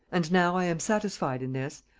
and now i am satisfied in this,